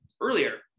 earlier